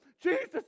Jesus